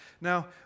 Now